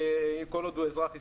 כל עוד הוא אזרח ישראל.